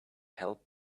help